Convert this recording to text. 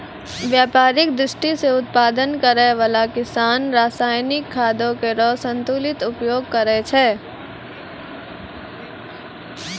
व्यापारिक दृष्टि सें उत्पादन करै वाला किसान रासायनिक खादो केरो संतुलित उपयोग करै छै